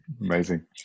Amazing